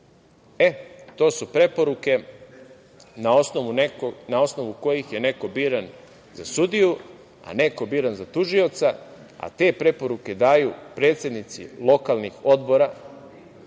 su preporuke na osnovu kojih je neko biran za sudiju, a neko biran za tužioca, a te preporuke daju predsednici lokalnih odbora